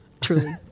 truly